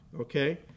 Okay